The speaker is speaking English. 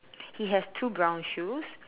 he has two brown shoes